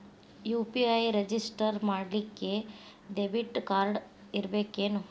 UPI register ಮಾಡ್ಲಿಕ್ಕೆ debit card ಇರ್ಬೇಕೇನು?